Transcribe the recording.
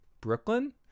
Brooklyn